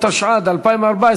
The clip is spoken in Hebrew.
התשע"ד 2014,